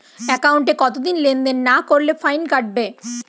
একাউন্টে কতদিন লেনদেন না করলে ফাইন কাটবে?